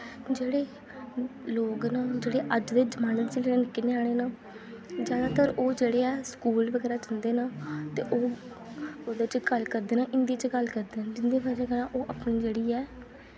जेह्ड़े लोग न अज्ज दे जमान्ने च निक्के ञ्यानें न जैदातर ओह् स्कूल बगैरा जंदे न ते ओह् ओह्दे च गल्ल करदे न हिंदी च गल्ल करदे न जिं'दी ब'जा कन्नै ओह् अपनी जेह्ड़ी ऐ